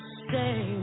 stay